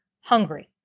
hungry